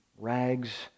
rags